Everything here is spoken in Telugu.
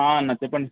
అన్నా చెప్పండి